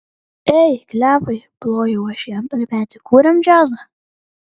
ei klepai plojau aš jam per petį kuriam džiazą